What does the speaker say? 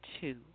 two